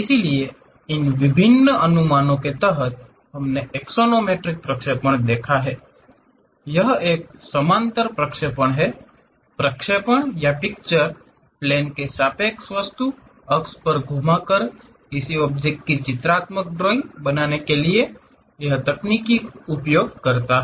इसलिए इन विभिन्न अनुमानों के तहत हमने एक्सोनोमेट्रिक प्रक्षेपण देखा है यह एक समानांतर प्रक्षेपण है प्रक्षेपण या पिक्चर प्लेन के सापेक्ष वस्तु अक्ष पर घुमाकर किसी ऑब्जेक्ट की चित्रात्मक ड्राइंग बनाने के लिए यह तकनीक का उपयोग किया जाता है